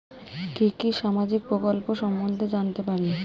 কি কি সামাজিক প্রকল্প সম্বন্ধে জানাতে পারি?